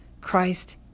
Christ